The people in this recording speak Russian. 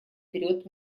вперед